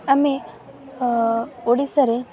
ଆମେ ଓଡ଼ିଶାରେ